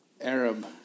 Arab